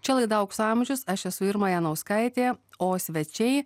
čia laida aukso amžius aš esu irma janauskaitė o svečiai